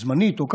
זמנית או קבוע,